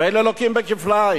ואלה לוקים כפליים.